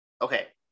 Okay